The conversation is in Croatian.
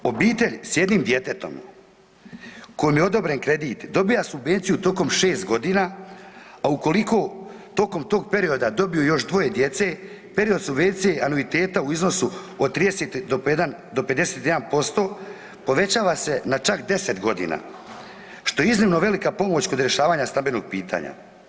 Obitelj s jednim djetetom kojem je odobren kredit dobija subvenciju tokom šest godina, a ukoliko tokom tog perioda dobiju još dvoje djece, period subvencije anuiteta u iznosu od 30 do 51% povećava se na čak 10 godina, što je iznimno velika pomoć kod rješavanja stambenog pitanja.